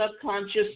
subconscious